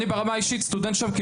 אני ברמה האישית סטודנט שם,